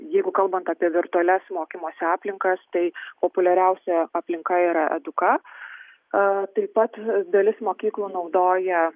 jeigu kalbant apie virtualias mokymosi aplinkas tai populiariausia aplinka yra eduka taip pat dalis mokyklų naudoja